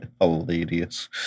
Hilarious